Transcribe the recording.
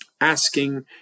asking